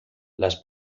las